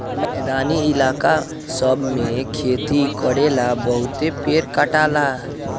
मैदानी इलाका सब मे खेती करेला बहुते पेड़ कटाला